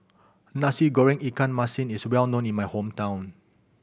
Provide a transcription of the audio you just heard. Nasi Goreng ikan masin is well known in my hometown